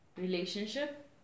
relationship